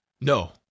No